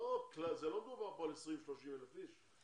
לא מדובר פה על 20,000 או 30,000 איש,